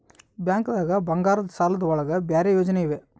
ಬ್ಯಾಂಕ್ದಾಗ ಬಂಗಾರದ್ ಸಾಲದ್ ಒಳಗ್ ಬೇರೆ ಯೋಜನೆ ಇವೆ?